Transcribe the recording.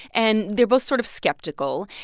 and they're both sort of skeptical.